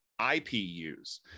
IPUs